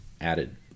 added